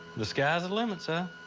the sky's the limit, si.